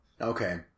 Okay